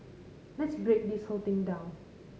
let's break this whole thing down